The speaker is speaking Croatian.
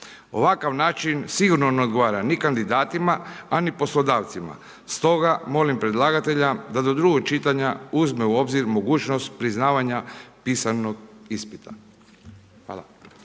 Ovakav način sigurno ne odgovara, ni kandidatima ni poslodavcima. Stoga molim predlagatelja, da do drugog čitanja, uzme u obzir, mogućnost priznavanja pisanog ispita. Hvala.